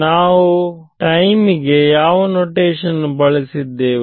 ನಾವು ಟೈಮ್ಗೆ ಯಾವ ನೋಟೇಷನ್ ಬಳಸಿದ್ದೆವು